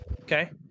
Okay